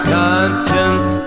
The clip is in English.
conscience